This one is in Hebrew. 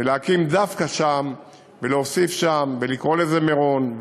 להקים דווקא שם, ולהוסיף שם, ולקרוא לזה "מירון",